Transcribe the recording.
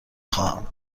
خواهم